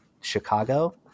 Chicago